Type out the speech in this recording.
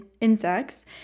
Insects